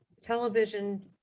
television